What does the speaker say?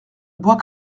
bois